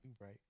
Right